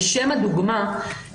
לשם הדוגמה,